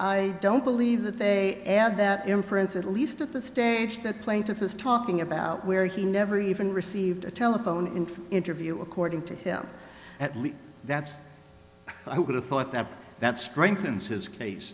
i don't believe that they add that inference at least at the stage that plaintiff is talking about where he never even received a telephone in interview according to him at least that's what i would have thought that that strengthens his case